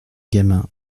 gamin